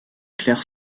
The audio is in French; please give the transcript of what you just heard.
clerc